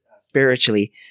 spiritually